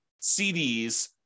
CDs